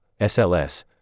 SLS